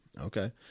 Okay